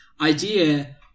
idea